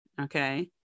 Okay